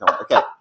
Okay